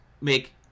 make